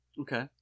Okay